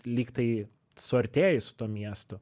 lygtai suartėji su tuo miestu